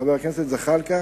חבר הכנסת זחאלקה,